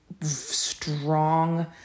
strong